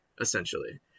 essentially